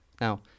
Now